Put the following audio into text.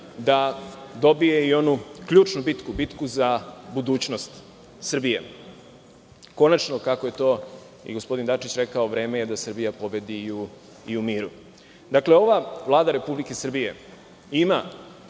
da dobije i onu ključnu bitku, bitku za budućnost Srbije. Konačno, kako je to i gospodin Dačić rekao, vreme je da Srbija pobedi i u miru. Dakle ova Vlada Republike Srbije ima